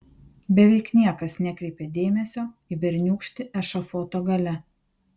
beveik niekas nekreipė dėmesio į berniūkštį ešafoto gale